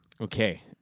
Okay